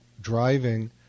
driving